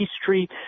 history